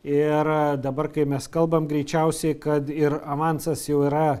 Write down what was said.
ir dabar kai mes kalbam greičiausiai kad ir avansas jau yra